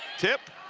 tip